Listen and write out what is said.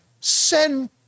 send